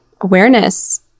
awareness